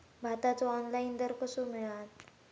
भाताचो ऑनलाइन दर कसो मिळात?